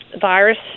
virus